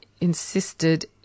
insisted